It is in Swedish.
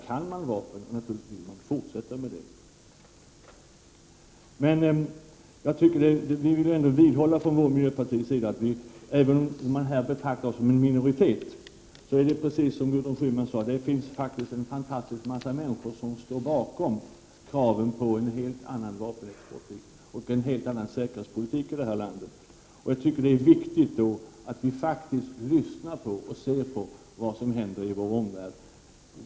Kan man vapen, är det självklart att man vill fortsätta att tillverka och sälja sådana. Vi vill vidhålla från miljöpartiets sida att även om man här betraktar oss som en minoritet så finns det, precis som Gudrun Schyman sade, en fantas tisk massa människor som står bakom kraven på en helt annan vapenexportpolitik och en helt annan säkerhetspolitik. Jag tycker att det är viktigt att lyssna på och se på vad som händer i vår omvärld.